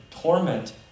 torment